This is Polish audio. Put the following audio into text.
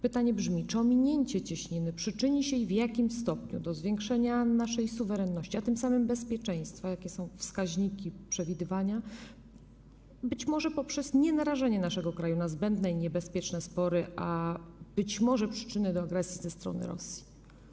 Pytanie brzmi: Czy ominięcie cieśniny przyczyni się, i w jakim stopniu, do zwiększenia naszej suwerenności, a tym samym bezpieczeństwa - jakie są tu wskaźniki i przewidywania - być może poprzez nienarażanie naszego kraju na zbędne i niebezpieczne spory, co może być przyczyną agresji ze strony Rosji?